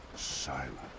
silence